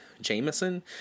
Jameson